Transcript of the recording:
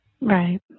Right